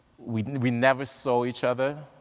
we we never saw each other,